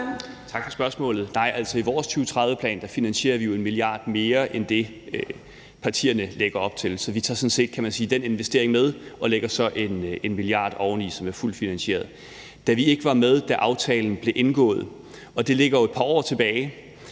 Tak for spørgsmålet. Nej, altså, i vores 2030-plan finansierer vi jo 1 mia. kr. mere end det, partierne lægger op til. Så vi tager sådan set den investering med og lægger så 1 mia. kr. oveni, som er fuldt finansieret. Vi var ikke med, da aftalen blev indgået, og det ligger jo et par år tilbage.